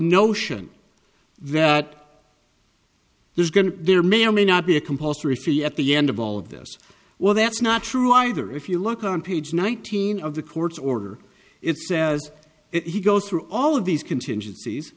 notion that there's going to there may or may not be a compulsory fee at the end of all of this well that's not true either if you look on page nineteen of the court's order it says if he goes through all of these contingencies